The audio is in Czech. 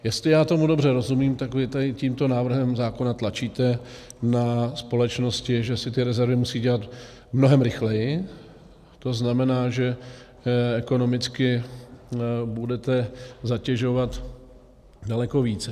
Jestli já tomu dobře rozumím, tak vy tady tímto návrhem zákona tlačíte na společnosti, že si ty rezervy musí dělat mnohem rychleji, tzn. ekonomicky budete zatěžovat daleko více.